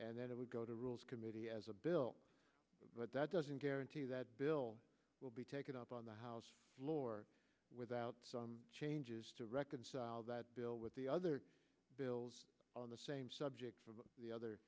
and that it would go to rules committee as a bill but that doesn't guarantee that bill will be taken up on the house floor without some changes to reconcile that bill with the other bills on the same subject of the other